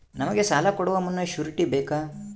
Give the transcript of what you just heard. ನಮಗೆ ಸಾಲ ಕೊಡುವ ಮುನ್ನ ಶ್ಯೂರುಟಿ ಬೇಕಾ?